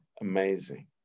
amazing